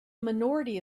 minority